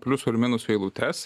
pliusų ir minusų eilutes